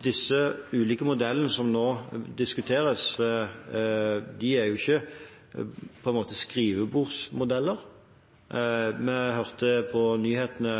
ikke skrivebordsmodeller. Vi hørte på nyhetene